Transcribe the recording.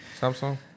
Samsung